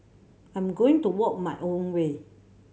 I'm going to walk my own way